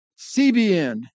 CBN